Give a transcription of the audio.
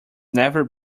never